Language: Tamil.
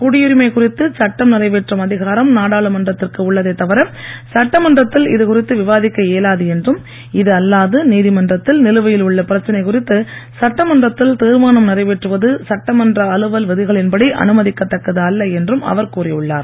குடியுரிமை நாடாளுமன்றத்திற்கு உள்ளதே தவிர சட்டமன்றத்தில் இதுகுறித்து விவாதிக்க இயலாது என்றும் இதுஅல்லாது நீதிமன்றத்தில் நிலுவையில் உள்ள பிரச்சனை குறித்து சட்டமன்றத்தில் தீர்மானம் நிறைவேற்றுவது சட்டமன்ற அலுவல் விதிகளின்படி அனுமதிக்க தக்கது அல்ல என்றும் அவர் கூறி உள்ளார்